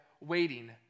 waiting